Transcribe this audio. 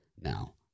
now